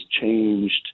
changed